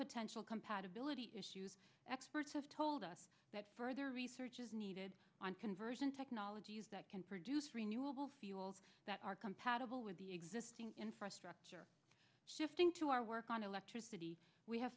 potential compatibility issues experts have told us that further research is needed on conversion technologies that can produce renewable fuels that are compatible with the existing infrastructure shifting to our work on electricity we have